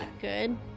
good